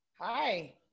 Hi